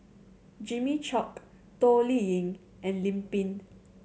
Jimmy Chok Toh Liying and Lim Pin